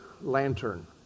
Lantern